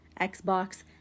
Xbox